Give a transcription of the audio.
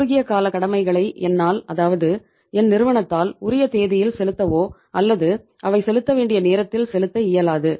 குறுகிய கால கடமைகளை என்னால் அதாவது என் நிறுவனத்தால் உரிய தேதியில் செலுத்தவோ அல்லது அவை செலுத்த வேண்டிய நேரத்தில் செலுத்த இயலாது